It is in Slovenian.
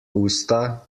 usta